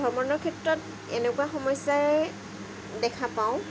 ভ্ৰমণৰ ক্ষেত্ৰত এনেকুৱা সমস্যাই দেখা পাওঁ